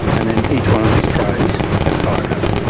and then each one of these trays has a barcode.